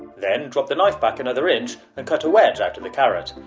then drop the knife back another inch, and cut a wedge out of the carrot.